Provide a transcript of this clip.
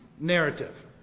narrative